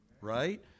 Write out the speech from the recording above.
right